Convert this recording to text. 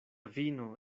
vino